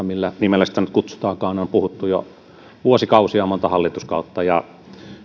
millä nimellä sitä nyt kutsutaankaan on puhuttu jo vuosikausia ja monta hallituskautta ja